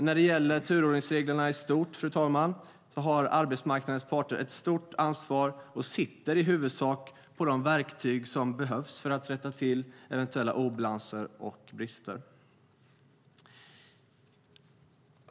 När det gäller turordningsreglerna i stort, fru talman, har arbetsmarknadens parter ett stort ansvar och sitter i huvudsak på de verktyg som behövs för att rätta till eventuella obalanser och brister.